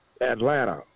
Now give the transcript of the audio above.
Atlanta